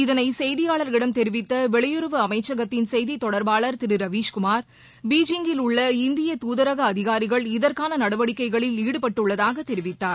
இதனை செய்தியாளர்களிடம் தெரிவித்த வெளியுறவு அமைச்சகத்தின் செய்தி தொடர்பாளர் திரு ரவீஸ் குமார் பெய்ஜிங்கில் உள்ள இந்திய துதரக அதிகாரிகள் இதற்கான நடவடிக்கைகளில் ஈடுபட்டுள்ளதாகத் தெரிவித்தார்